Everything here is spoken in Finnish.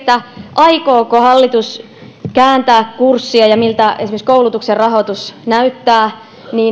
aikooko hallitus kääntää kurssia ja miltä esimerkiksi koulutuksen rahoitus näyttää